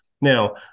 Now